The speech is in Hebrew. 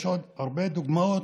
יש עוד הרבה דוגמאות,